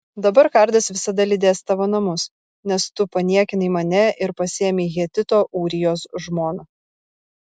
dabar kardas visada lydės tavo namus nes tu paniekinai mane ir pasiėmei hetito ūrijos žmoną